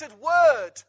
word